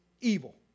evil